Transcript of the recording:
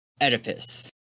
Oedipus